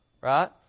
right